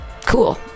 cool